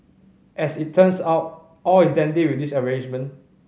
as it turns out all is dandy with this arrangement